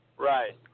right